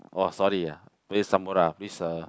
!wow! sorry ah play uh